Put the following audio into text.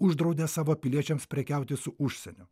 uždraudė savo piliečiams prekiauti su užsieniu